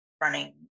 running